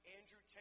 Andrew